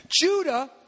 Judah